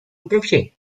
pompiers